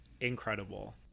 incredible